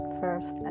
first